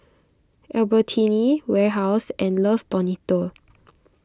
Albertini Warehouse and Love Bonito